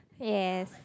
yes